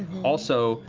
also,